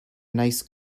nice